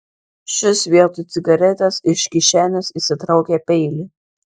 šis vietoj cigaretės iš kišenės išsitraukė peilį